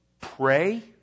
Pray